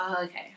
Okay